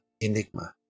Enigma